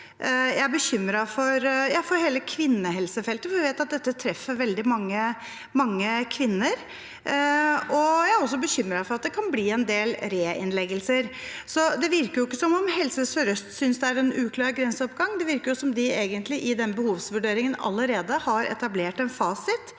Jeg er bekymret for hele kvinnehelsefeltet, for vi vet at dette treffer veldig mange kvinner. Jeg er også bekymret for at det kan bli en del reinnleggelser. Så det virker jo ikke som om Helse sør-øst synes det er en uklar grenseoppgang. Det virker som de i den behovsvurderingen egentlig allerede har etablert en fasit